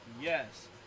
yes